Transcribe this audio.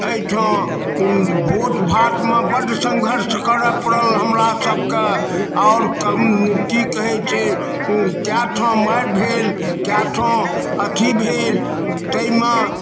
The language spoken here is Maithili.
एहिठाम भोट भाट मे बड संघर्ष करअ परल हमरा सब के आओर की कहै छै कए ठाम मारि भेल कएठाम अथी भेल ताहिमे